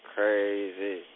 Crazy